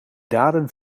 daden